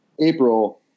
April